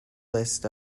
list